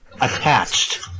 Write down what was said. Attached